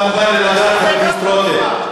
אתה מוכן להירגע, חבר הכנסת רותם?